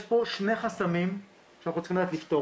יש פה שני חסמים שאנחנו צריכים לדעת לפתור